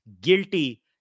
guilty